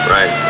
Right